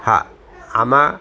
હા આમાં